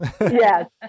Yes